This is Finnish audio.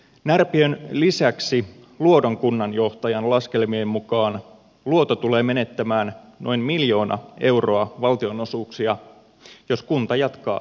närpiön lisäksi luodon kunnanjohtajan laskelmien mukaan luoto tulee menettämään noin miljoona euroa valtionosuuksia jos kunta jatkaa yksikielisenä